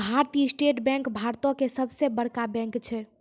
भारतीय state bank भारतो के सभ से बड़ा बैंक छै